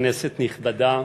כנסת נכבדה,